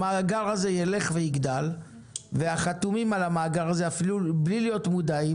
המאגר הזה ילך ויגדל והחתומים על המאגר הזה אפילו בלי להיות מודעים,